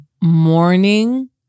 Morning